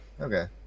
Okay